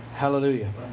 Hallelujah